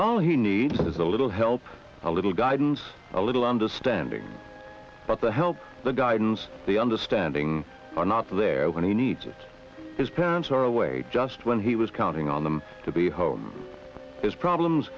all he needs is a little help a little guidance a little understanding but the help the guidance the understanding are not there when he needs it his parents are away just when he this counting on them to be home has problems